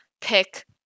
pick